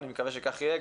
אני מקווה שכך יהיה,